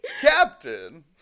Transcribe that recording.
Captain